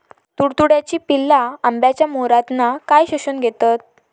तुडतुड्याची पिल्ला आंब्याच्या मोहरातना काय शोशून घेतत?